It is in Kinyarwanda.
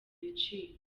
ibiciro